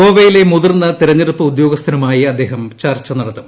ഗോവയിലെ മുതിർന്ന തെരഞ്ഞെടുപ്പ് ഉദ്യോഗസ്ഥരുമായി അദ്ദേഹം ചർച്ച നടത്തും